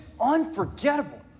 unforgettable